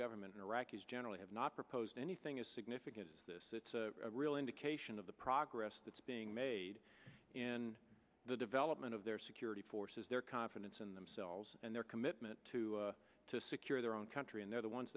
government iraqis generally have not proposed anything as significant is this it's a real indication of the progress that's being made in the development of their security forces their confidence in themselves and their commitment to to secure their own country and they're the ones